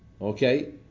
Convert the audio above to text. Okay